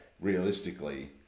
Realistically